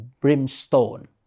brimstone